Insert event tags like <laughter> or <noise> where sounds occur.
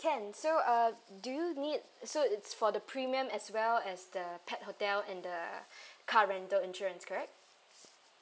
can so uh do you need so it's for the premium as well as the pet hotel and the <breath> car rental insurance correct